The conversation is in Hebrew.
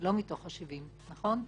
לא מתוך 70. נכון?